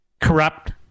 corrupt